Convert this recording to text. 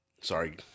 Sorry